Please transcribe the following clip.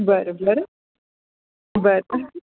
बरं बरं बरं